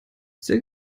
sehr